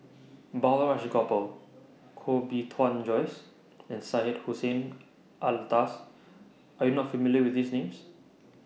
Balraj Gopal Koh Bee Tuan Joyce and Syed Hussein Alatas Are YOU not familiar with These Names